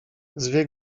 zwie